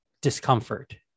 discomfort